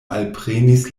alprenis